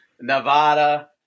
Nevada